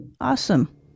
Awesome